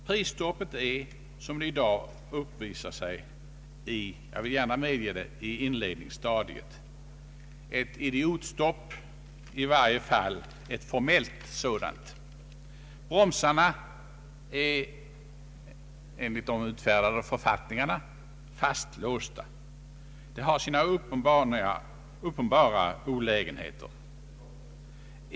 Prisstoppet befinner sig i dag, det vill jag gärna medge, i inledningsstadiet — ett idiotstopp, i varje fall ett formellt sådant. Bromsarna är enligt de utfärdade författningarna fastlåsta. Detta har sina uppenbara olägenheter.